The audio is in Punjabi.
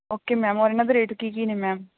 ਓਕੇ ਮੈਮ ਔਰ ਇਹਨਾਂ ਦੇ ਰੇਟ ਕੀ ਕੀ ਨੇ ਮੈਮ